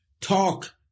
Talk